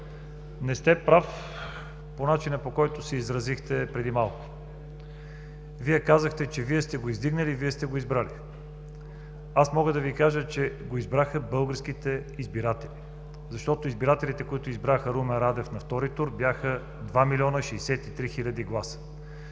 не сте прав по начина, по който се изразихте преди малко. Вие казахте, че Вие сте го издигнали, Вие сте го избрали. Аз мога да Ви кажа, че го избраха българските избиратели, защото избирателите, които избраха Румен Радев на втори тур бяха 2 млн. 63 хил. гласа.